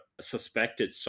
suspected